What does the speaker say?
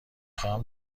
خواهم